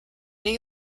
new